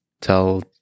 tell